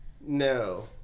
No